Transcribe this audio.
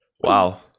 wow